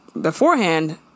beforehand